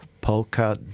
Polka